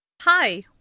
Hi